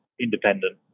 independent